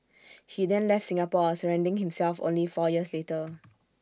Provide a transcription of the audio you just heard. he then left Singapore surrendering himself only four years later